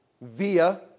via